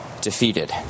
defeated